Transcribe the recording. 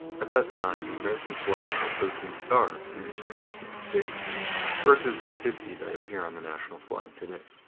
at that time, the american flag had thirteen stars for each existing state versus the fifty that appear on the national flag today.